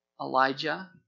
Elijah